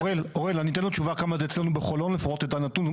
אוראל אני אתן לו תשובה כמה זה אצלנו בחולון לפחות נתון אחד.